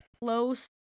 close